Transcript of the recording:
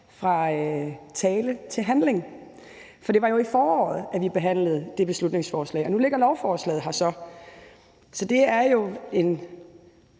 fra tale til handling, for det var jo i foråret, at vi behandlede det her beslutningsforslag, og nu ligger lovforslaget her så. Så det er en